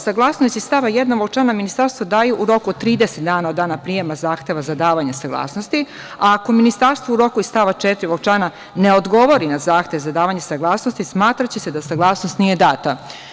Saglasnost iz stava 1. članovi Ministarstva daju u roku od 30 dana od dana prijema zahteva za davanje saglasnosti, a ako Ministarstvo u roku iz stava 4. ovog člana ne odgovori na zahtev za davanje saglasnosti smatraće se da saglasnost nije data.